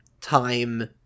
time